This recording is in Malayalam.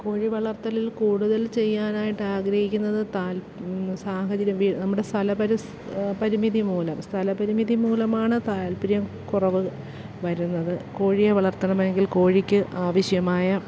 കോഴി വളർത്തലിൽ കൂടുതൽ ചെയ്യാനായിട്ടാഗ്രഹിക്കുന്നത് താല്പ് സാഹചര്യം വി നമ്മടെ സല പരിസ് പരിമിതി മൂലം സ്ഥല പരിമിതി മൂലമാണ് താല്പര്യം കുറവ് വരുന്നത് കോഴിയെ വളർത്തണമെങ്കിൽ കോഴിക്ക് ആവശ്യമായ